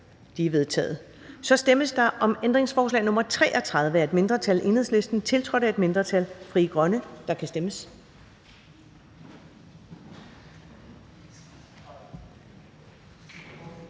De er vedtaget. Der stemmes om ændringsforslag nr. 3 af et mindretal (V), tiltrådt af et mindretal (KF og NB), og der kan stemmes.